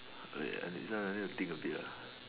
wait uh this one I need to think a bit lah